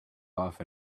off